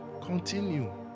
Continue